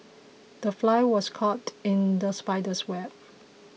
the fly was caught in the spider's web